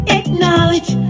acknowledge